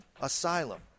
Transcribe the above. Asylum